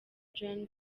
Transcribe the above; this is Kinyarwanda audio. john